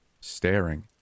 staring